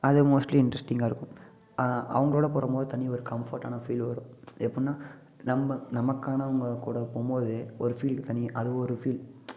அது மோஸ்ட்லி இன்ட்ரெஸ்ட்டிங்காக இருக்கும் அவங்களோட போகறமோது தனி ஒரு கம்ஃபோர்ட்டான ஒரு ஃபீல் வரும் எப்பிடின்னா நம்ம நமக்கானவங்க கூட போபோது ஒரு ஃபீல் தனி அது ஒரு ஃபீல்